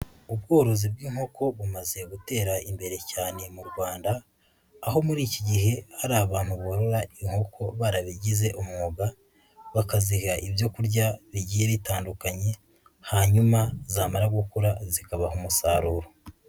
Ubworozi bw'inkoko, bumaze gutera imbere cyane mu Rwanda, aho muri iki gihe hari abantu borora inkoko barabigize umwuga, bakaziha ibyo kurya bigiye bitandukanye, hanyuma zamara gukura zikabaha umusaruro.